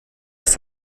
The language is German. dass